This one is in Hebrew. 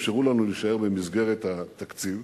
אפשר לנו להישאר במסגרת התקציב.